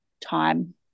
time